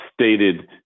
stated